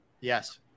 Yes